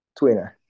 tweener